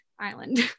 Island